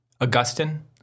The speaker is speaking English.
Augustine